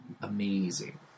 amazing